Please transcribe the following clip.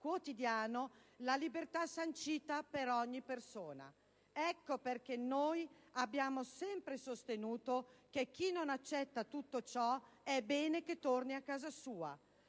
quotidiano la libertà sancita per ogni persona. Ecco perché abbiamo sempre sostenuto che chi non accetta tutto ciò è bene che torni a casa sua.